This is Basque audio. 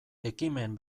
ekimen